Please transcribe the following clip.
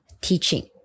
teaching